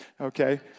Okay